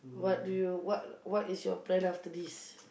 what do you what what is your plan after this